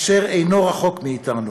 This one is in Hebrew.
אשר אינו רחוק מאתנו.